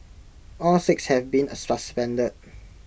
all six have been suspended